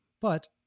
But-